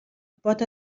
pot